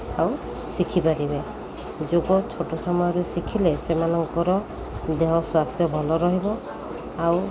ଆଉ ଶିଖିପାରିବେ ଯୋଗ ଛୋଟ ସମୟରେ ଶିଖିଲେ ସେମାନଙ୍କର ଦେହ ସ୍ୱାସ୍ଥ୍ୟ ଭଲ ରହିବ ଆଉ